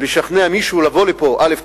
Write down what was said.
לשכנע מישהו לבוא אליה, א.